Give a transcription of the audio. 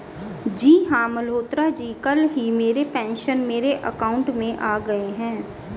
जी हां मल्होत्रा जी कल ही मेरे पेंशन मेरे अकाउंट में आ गए